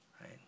right